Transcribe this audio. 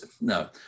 no